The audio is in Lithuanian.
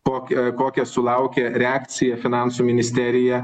tokią kokią sulaukė reakciją finansų ministerija